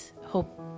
hope